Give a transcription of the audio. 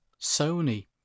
Sony